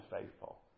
faithful